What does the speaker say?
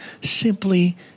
simply